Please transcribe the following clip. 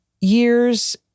years